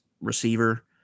receiver